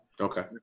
Okay